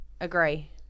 agree